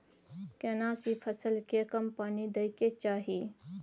केना सी फसल के कम पानी दैय के चाही?